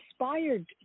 inspired